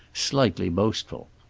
slightly boastful.